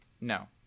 No